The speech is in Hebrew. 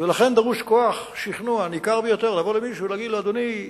ולכן דרוש כוח שכנוע ניכר ביותר לבוא למישהו להגיד לו: אדוני,